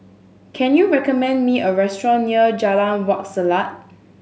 can you recommend me a restaurant near Jalan Wak Selat